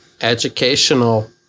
educational